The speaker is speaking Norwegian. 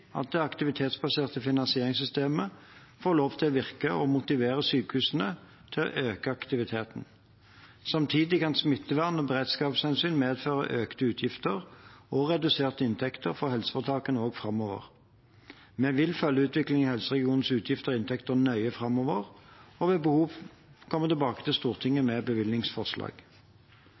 at det aktivitetsbaserte finansieringssystemet får lov til å virke og motivere sykehusene til å øke aktiviteten. Samtidig kan smittevern- og beredskapshensyn medføre økte utgifter og reduserte inntekter for helseforetakene også framover. Vi vil følge utviklingen i helseregionenes utgifter og inntekter nøye framover og ved behov komme tilbake til Stortinget med bevilgningsforslag.